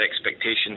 expectations